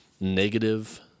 negative